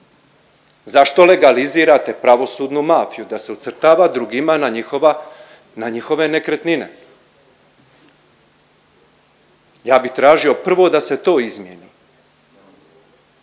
Zašto legalizirate pravosudnu mafiju da se ucrtava drugima na njihova, na njihove nekretnine? Ja bi tražio prvo da se to izmjeni.